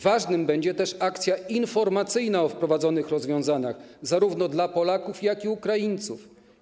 Ważna będzie też akcja informacyjna o wprowadzonych rozwiązaniach, zarówno dla Polaków, jak i dla Ukraińców.